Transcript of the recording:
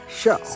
show